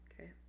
Okay